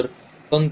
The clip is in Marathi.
तर म्हणजे पंक्ती